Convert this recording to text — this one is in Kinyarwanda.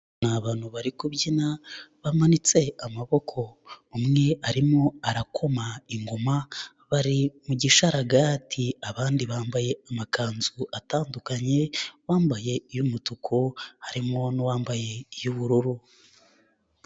Ni abantu bari kubyina bamanitse amaboko, umwe arimo arakoma ingoma, bari mu gisharagati abandi bambaye amakanzu atandukanye: uwambaye iy'umutuku harimo n'uwambaye iy'ubururu.